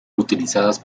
utilizadas